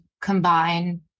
combine